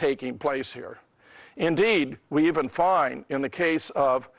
taking place here indeed we even find in the case of